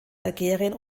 algerien